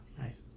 nice